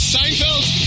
Seinfeld